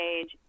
age